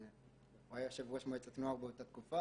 הוא היה יושב ראש מועצת נוער באותה תקופה,